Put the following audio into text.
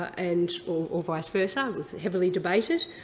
and, or, vice versa, it was heavily debated,